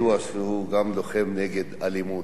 ידוע שהוא גם לוחם נגד אלימות.